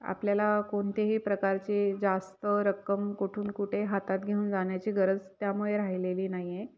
आपल्याला कोणतेही प्रकारचे जास्त रक्कम कुठून कुठे हातात घेऊन जाण्याची गरज त्यामुळे राहिलेली नाही आहे